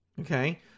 Okay